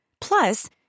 Plus